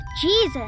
Jesus